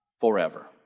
forever